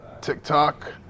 TikTok